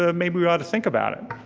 ah maybe we ought to think about it.